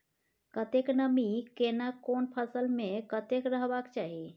कतेक नमी केना कोन फसल मे कतेक रहबाक चाही?